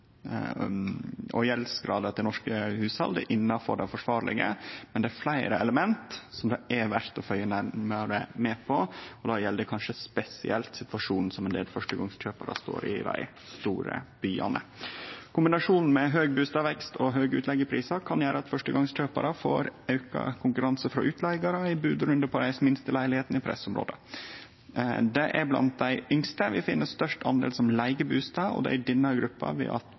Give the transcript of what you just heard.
til norske hushald er innanfor det forsvarlege. Men det er fleire element som det er verdt å følgje med på, og det gjeld kanskje spesielt situasjonen som ein del førstegongskjøparar står i i dei store byane. Kombinasjonen med høg bustadvekst og høge utleigeprisar kan gjere at førstegongskjøparar får auka konkurranse frå utleigarar i bodrundar på dei minste leilegheitene i pressområda. Det er blant dei yngste vi finn størst andel som leiger bustad, og det er òg i denne gruppa leigeandelen er størst. Sidan 2015 har